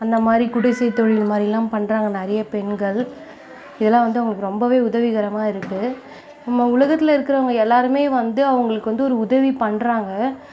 அந்தமாதிரி குடிசை தொழில்மாரிலாம் பண்றாங்க நிறைய பெண்கள் இதலாம் வந்து அவங்களுக்கு ரொம்பவே உதவிகரமாக இருக்குது நம்ம உலகத்தில் இருக்கிறவங்க எல்லோருமே வந்து அவங்களுக்கு வந்து ஒரு உதவி பண்றாங்க